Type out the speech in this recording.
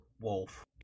Wolf